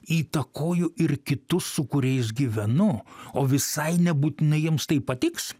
įtakoju ir kitus su kuriais gyvenu o visai nebūtinai jiems tai patiks